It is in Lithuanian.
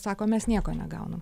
sako mes nieko negaunam